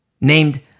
Named